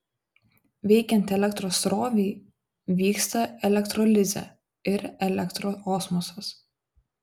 veikiant elektros srovei vyksta elektrolizė ir elektroosmosas